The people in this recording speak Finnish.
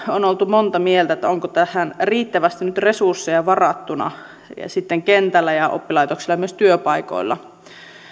on oltu montaa mieltä siitä onko tähän riittävästi nyt resursseja varattuna sitten kentällä ja oppilaitoksilla ja myös työpaikoilla